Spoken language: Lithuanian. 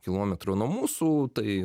kilometru nuo mūsų tai